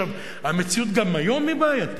גם היום המציאות היא בעייתית.